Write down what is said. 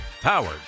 Powered